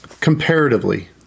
comparatively